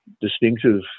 distinctive